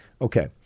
Okay